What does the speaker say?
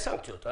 יש סנקציות.